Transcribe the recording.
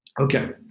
Okay